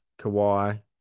Kawhi